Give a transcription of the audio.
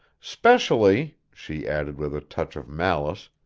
specially, she added with a touch of malice,